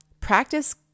practice